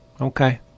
Okay